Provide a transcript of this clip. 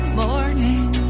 morning